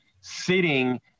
sitting